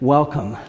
Welcome